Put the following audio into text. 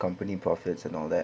company profits and all that